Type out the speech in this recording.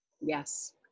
Yes